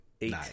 Eight